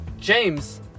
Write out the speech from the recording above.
James